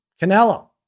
Canelo